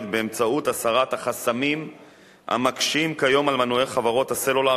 באמצעות הסרת החסמים המקשים כיום על מנויי חברות הסלולר